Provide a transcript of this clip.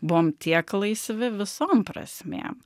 buvom tiek laisvi visom prasmėm